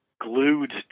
glued